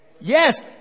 Yes